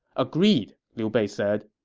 agreed, liu bei said.